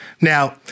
Now